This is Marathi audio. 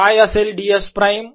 काय असेल ds प्राईम